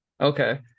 Okay